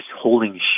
holding